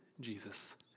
Jesus